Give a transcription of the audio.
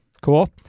Cool